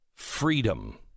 freedom